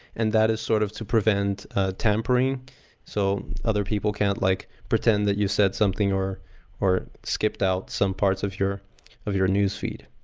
and that is sort of to prevent tampering so other people can't like pretend that you said something or skipped skipped out some parts of your of your newsfeed.